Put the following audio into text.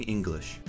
English